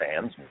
fans